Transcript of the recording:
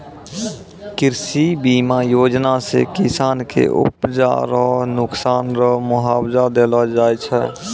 कृषि बीमा योजना से किसान के उपजा रो नुकसान रो मुआबजा देलो जाय छै